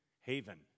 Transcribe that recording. Haven